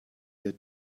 their